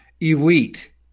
elite